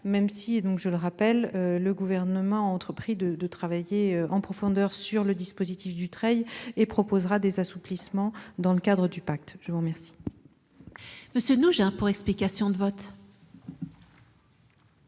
même si, je le rappelle, le Gouvernement a entrepris de travailler en profondeur sur le dispositif Dutreil- il proposera des assouplissements dans le cadre du pacte -, nous ne sommes